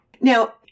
Now